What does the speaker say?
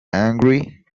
angry